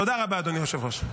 תודה רבה, אדוני היושב-ראש.